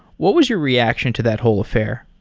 what was your reaction to that whole affair?